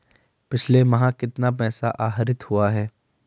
पिछले माह कितना पैसा आहरित हुआ है?